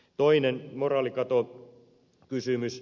toinen moraalikatokysymys